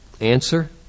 Answer